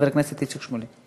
חבר הכנסת איציק שמולי.